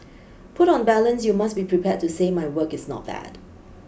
put on balance you must be prepared to say my work is not bad